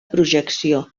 projecció